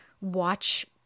watch